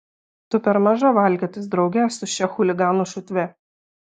tu per maža valkiotis drauge su šia chuliganų šutve